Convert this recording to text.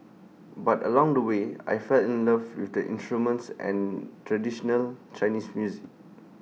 but along the way I fell in love with the instruments and traditional Chinese music